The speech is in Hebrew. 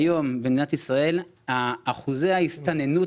היום במדינת ישראל אחוזי ההסתננות